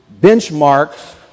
benchmarks